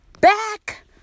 back